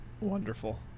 wonderful